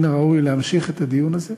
מן הראוי להמשיך את הדיון הזה